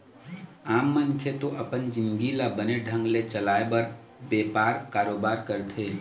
आम मनखे तो अपन जिंनगी ल बने ढंग ले चलाय बर बेपार, कारोबार करथे